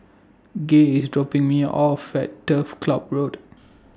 Gay IS dropping Me off At Turf Ciub Road